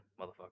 motherfucker